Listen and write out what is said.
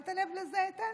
שמת לב לזה, איתן?